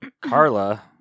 Carla